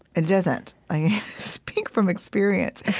it doesn't. i speak from experience.